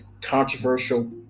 controversial